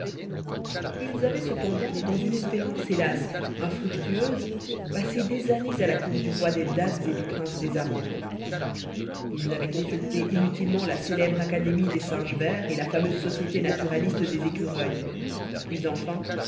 ils avaient cependant dans une espérance hélas infructueuse passé des années à la cour du roi des dattes et du prince des amandes ils avaient consulté inutilement la célèbre académie des singes verts et la fameuse société naturaliste des écureuils puis enfin